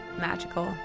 magical